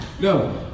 No